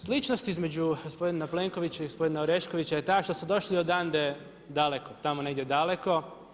Sličnost između gospodin Plenkovića i gospodina Oreškovića je ta što su došli odande daleko, tamo negdje daleko.